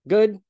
Good